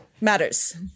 matters